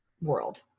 world